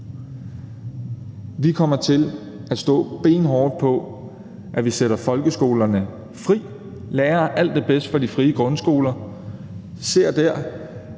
Vi kommer til at stå benhårdt på, at vi sætter folkeskolerne fri, lærer alt det bedste fra de frie grundskoler og der